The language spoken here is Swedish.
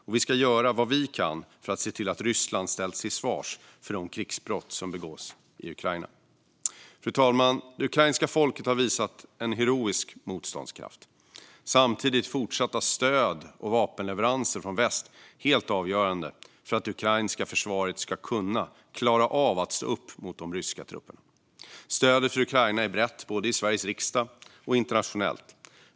Och vi ska göra vad vi kan för att se till att Ryssland ställs till svars för de krigsbrott som begås i Ukraina. Fru talman! Det ukrainska folket har visat en heroisk motståndskraft. Samtidigt är fortsatta stöd och vapenleveranser från väst helt avgörande för att det ukrainska försvaret ska klara av att stå upp mot de ryska trupperna. Stödet för Ukraina är brett, både i Sveriges riksdag och internationellt.